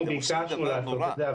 אנחנו ביקשנו לעשות את זה.